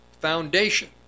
foundation